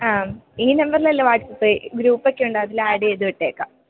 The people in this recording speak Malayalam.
ആ ഈ നമ്പറിലല്ലേ വാട്സപ്പ് ഗ്രൂപ്പൊക്കെ ഉണ്ട് അതിൽ ഏഡ് ചെയ്ത് വിട്ടേക്കാം